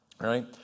right